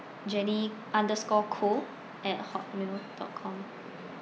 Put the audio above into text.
jenny underscore koh at hotmail dot com